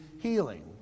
healing